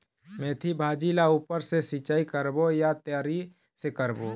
मेंथी भाजी ला ऊपर से सिचाई करबो या तरी से करबो?